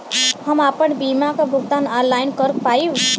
हम आपन बीमा क भुगतान ऑनलाइन कर पाईब?